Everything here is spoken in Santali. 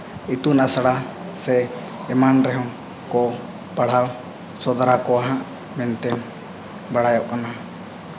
ᱤᱛᱩᱱ ᱟᱥᱲᱟ ᱥᱮ ᱮᱢᱟᱱ ᱨᱮᱦᱚᱸ ᱠᱚ ᱯᱟᱲᱦᱟᱣ ᱥᱚᱫᱚᱨᱟᱠᱚ ᱦᱟᱸᱜ ᱢᱮᱱᱛᱮ ᱵᱟᱲᱟᱭᱚᱜ ᱠᱟᱱᱟ